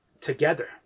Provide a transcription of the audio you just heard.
together